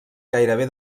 gairebé